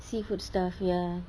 seafood stuff ya